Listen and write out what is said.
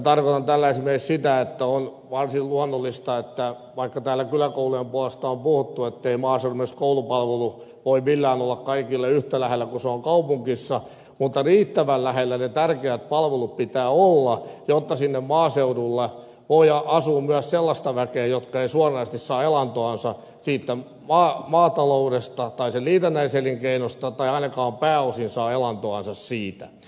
tarkoitan tällä esimerkiksi sitä että on varsin luonnollista että vaikka täällä kyläkoulujen puolesta on puhuttu ettei maaseudulla myöskään koulupalvelu voi millään olla kaikille yhtä lähellä kuin se on kaupungissa mutta riittävän lähellä niiden tärkeiden palvelujen pitää olla jotta siellä maaseudulla voi asua myös sellaista väkeä joka ei suoranaisesti saa elantoansa siitä maataloudesta tai sen liitännäiselinkeinoista tai ainakaan pääosin saa elantoansa siitä